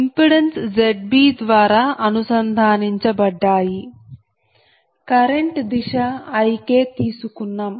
impedance Zb ద్వారా అనుసంధానించబడ్డాయి current దిశ Ik తీసుకున్నాం